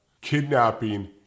Kidnapping